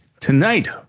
Tonight